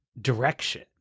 direction